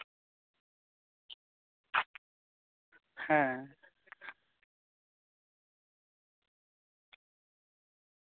ᱦᱮᱸ